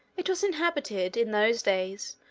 it was inhabited, in those days,